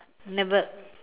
never